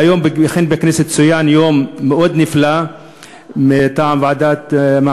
היום צוין בכנסת יום נפלא מטעם הוועדה לקידום